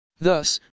Thus